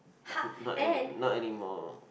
mm not any~ not anymore